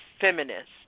feminist